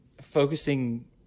focusing